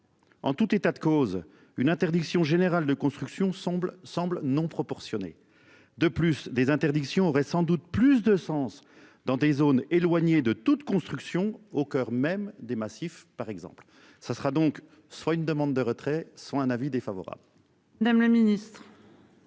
En tout état de cause une interdiction générale de construction semble semble non proportionnée de plus des interdictions auraient sans doute plus de sens dans des zones éloignées de toute construction au coeur même des massifs, par exemple, ça sera donc soit une demande de retrait soit un avis défavorable